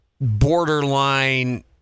borderline